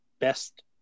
best